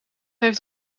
heeft